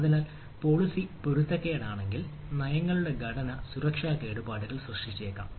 അതിനാൽ പോളിസി പൊരുത്തക്കേടാണെങ്കിൽ നയങ്ങളുടെ ഘടന സുരക്ഷാ കേടുപാടുകൾ സൃഷ്ടിച്ചേക്കാം